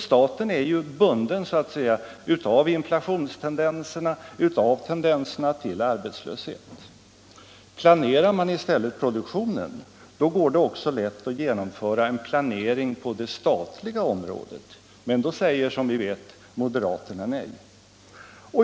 Staten är bunden av inflationstendenserna, av tendenserna till arbetslöshet. Planerar man i stället produktionen går det också lätt att genomföra en planering på det statliga området. Men då säger, som vi vet, moderaterna nej.